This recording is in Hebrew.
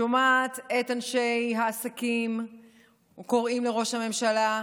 שומעת את אנשי העסקים קוראים לראש הממשלה: